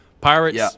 Pirates